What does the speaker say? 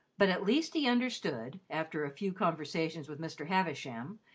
but at least he understood, after a few conversations with mr. havisham,